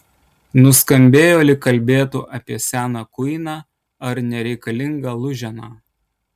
nuskambėjo lyg kalbėtų apie seną kuiną ar nereikalingą lūženą